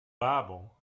bible